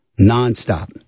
nonstop